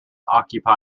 occupy